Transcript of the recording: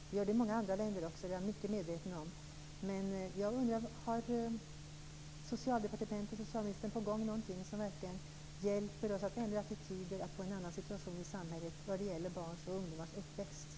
Jag är mycket medveten om att så är fallet också i många andra länder, men jag undrar om Socialdepartementet och socialministern har på gång någonting som verkligen hjälper oss att ändra attityder och att få en annan situation i samhället vad gäller barns och ungdomars uppväxt.